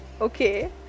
okay